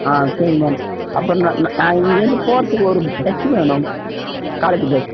ஆ சரிங் மேம் அப்போ நான் நான் நான் இங்கேருந்து போகறதுக்கு ஒரு பஸ் வேணும் காலேஜி பஸ்